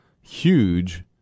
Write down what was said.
huge